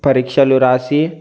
పరీక్షలు రాసి